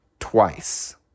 Twice